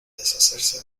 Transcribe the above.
deshacerse